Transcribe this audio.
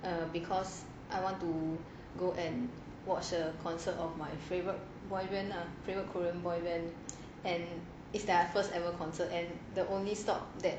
err because I want to go and watch a concert of my favourite boyband lah favourite korean band and it's the first ever concert and the only stop that